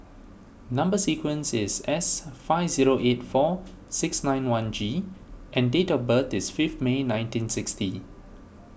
Number Sequence is S five zero eight four six nine one G and date of birth is fifth May nineteen sixty